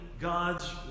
God's